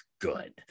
good